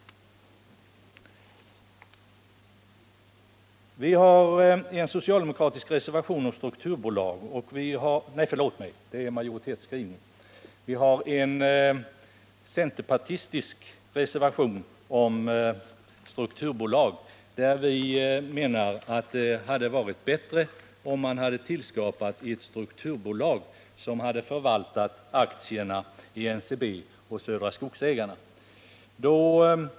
Beträffande frågan om strukturbolag föreligger det en socialdemokratisk majoritetsskrivning. I en centerreservation menar vi att det hade varit bättre att bilda ett strukturbolag för att förvalta aktierna i NCB och i Södra Skogsägarna.